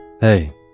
Hey